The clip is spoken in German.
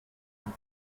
und